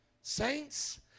saints